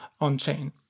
on-chain